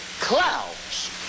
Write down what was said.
clouds